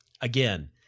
again